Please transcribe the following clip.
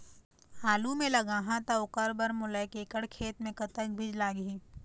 आलू मे लगाहा त ओकर बर मोला एक एकड़ खेत मे कतक बीज लाग ही?